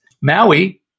Maui